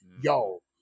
Yo